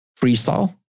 freestyle